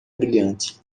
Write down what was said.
brilhante